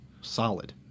solid